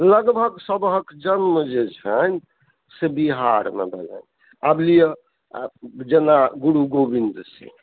लगभग सबहक जन्म जे छनि से बिहारमे भेलनि आब लिअऽ जेना गुरु गोबिन्द सिंह